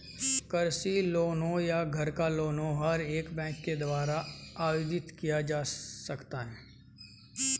कृषि लोन हो या घर का लोन हर एक बैंक के द्वारा आवेदित किया जा सकता है